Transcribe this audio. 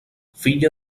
filla